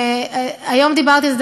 היום דיברתי על זה,